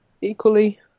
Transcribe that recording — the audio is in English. equally